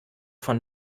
von